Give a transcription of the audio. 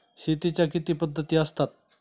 शेतीच्या किती पद्धती असतात?